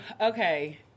Okay